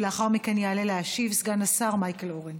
לאחר מכן יעלה להשיב סגן השר מייקל אורן.